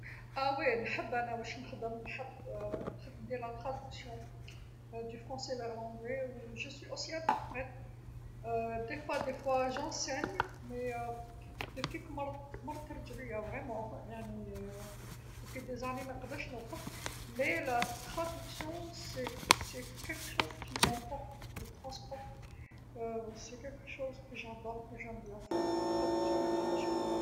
أه إيه نحب أنا واش نخدم نحب ندير الترجمه من الفرنسي للإنجليزي، أنا ثاني مترجمه، أحيانا أحيانا نقري بصح ملي مرضت مرضت رجليا نيشان يعني من عوام منقدرش نوقف، بصح الترجمه هي حاجه لتعطيني، هي حاجه لنحب نديرها، الترجمه منعياش منها.